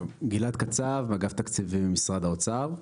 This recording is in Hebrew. גלעד קצב מאגף תקציבים במשרד האוצר.